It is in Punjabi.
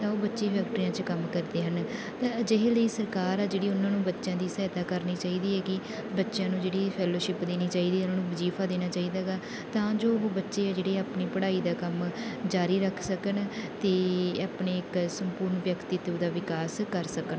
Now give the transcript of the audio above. ਤਾਂ ਉਹ ਬੱਚੇ ਫੈਕਟਰੀਆਂ 'ਚ ਕੰਮ ਕਰਦੇ ਹਨ ਤਾਂ ਅਜਿਹੇ ਲਈ ਸਰਕਾਰ ਆ ਜਿਹੜੀ ਉਹਨਾਂ ਨੂੰ ਬੱਚਿਆਂ ਦੀ ਸਹਾਇਤਾ ਕਰਨੀ ਚਾਹੀਦੀ ਹੈਗੀ ਬੱਚਿਆਂ ਨੂੰ ਜਿਹੜੀ ਫੈਲੋਸ਼ਿਪ ਦੇਣੀ ਚਾਹੀਦੀ ਉਹਨਾਂ ਨੂੰ ਵਜੀਫਾ ਦੇਣਾ ਚਾਹੀਦਾ ਹੈਗਾ ਤਾਂ ਜੋ ਉਹ ਬੱਚੇ ਆ ਜਿਹੜੇ ਆਪਣੀ ਪੜ੍ਹਾਈ ਦਾ ਕੰਮ ਜਾਰੀ ਰੱਖ ਸਕਣ ਅਤੇ ਆਪਣੇ ਇੱਕ ਸੰਪੂਰਨ ਵਿਅਕਤੀਤਵ ਦਾ ਵਿਕਾਸ ਕਰ ਸਕਣ